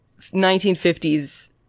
1950s